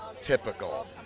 typical